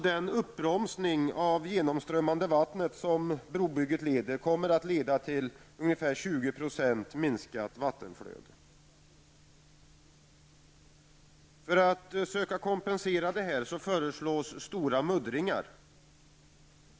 Den uppbromsning av genomströmmande vatten som brobygget ger kommer att leda till ca 20 % För att i viss mån kompensera detta föreslås stora muddringar.